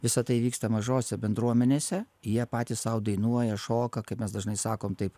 visa tai vyksta mažose bendruomenėse jie patys sau dainuoja šoka kai mes dažnai sakom taip